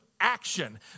action